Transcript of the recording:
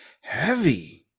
heavy